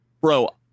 bro